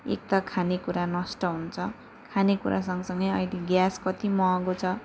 एक त खानेकुरा नष्ट हुन्छ खानेकुरा सँगसँगै अहिले ग्यास कति महँगो छ